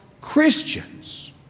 Christians